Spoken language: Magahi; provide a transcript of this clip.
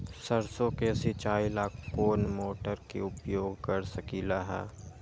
सरसों के सिचाई ला कोंन मोटर के उपयोग कर सकली ह?